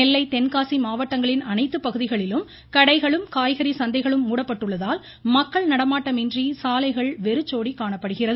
நெல்லை தென்காசி மாவட்டங்களின் அனைத்து பகுதிகளிலும் கடைகளும் காய்கறி சந்தைகளும் மூடப்பட்டுள்ளதால் மக்கள் நடமாட்டமின்றி சாலைகள் வெறிச்சோடி காணப்படுகிறது